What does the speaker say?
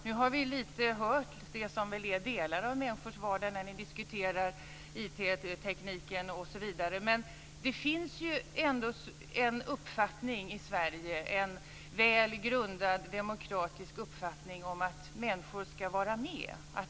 Nu har vi hört lite om delar av människors vardag när vi har diskuterat IT-tekniken, osv., men det finns ändå en väl grundad demokratisk uppfattning i Sverige om att människor ska vara med.